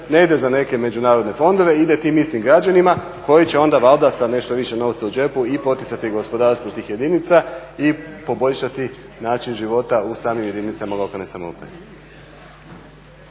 ne ide za neke međunarodne fondove ide tim istim građanima koji će onda valjda sa nešto više novca u džepu i poticati gospodarstvo tih jedinica i poboljšati način života u samim jedinicama lokalne samouprave.